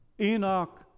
Enoch